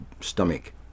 stomach